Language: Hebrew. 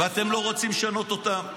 ואתם לא רוצים לשנות אותה.